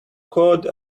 code